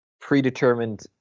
predetermined